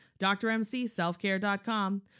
DrMCSelfCare.com